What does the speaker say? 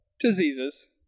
Diseases